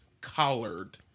collared